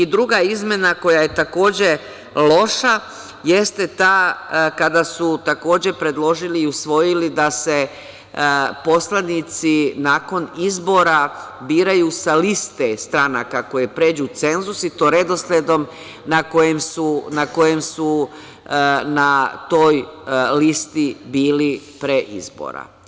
Druga izmena koja je takođe loša, jeste ta, kada su predložili i usvojili, da se poslanici, nakon izbora, biraju sa liste stranaka koje pređu cenzus i to redosledom na kojem su na toj listi bili pre izbora.